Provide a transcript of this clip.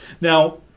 Now